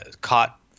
caught